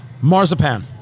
Marzipan